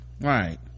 Right